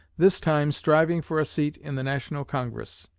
this time striving for a seat in the national congress.